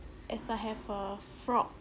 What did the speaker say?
as I have a frog